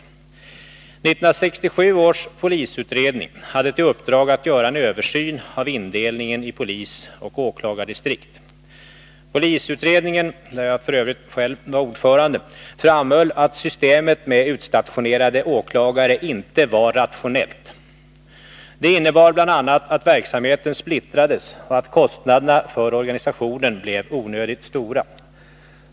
1967 års polisutredning hade till uppdrag att göra översyn av indelningen i polisoch åklagardistrikt. Polisutredningen, där jag f. ö. själv var ordförande, framhöll att systemet med utstationerade åklagare inte var rationellt. Det innebar bl.a. att verksamheten splittrades och att kostnaderna för organisationen blev onödigt stora.